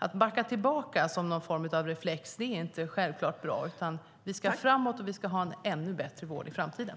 Att backa tillbaka, som något slags reflex, är inte bra, utan vi ska framåt. Vi ska ha en ännu bättre vård i framtiden.